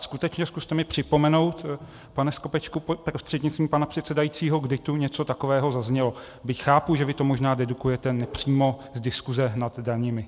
Skutečně, zkuste mi připomenout, pane Skopečku prostřednictvím pana předsedajícího, kdy tu něco takového zaznělo, byť chápu, že vy to možná dedukujete nepřímo z diskuse nad daněmi.